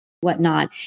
whatnot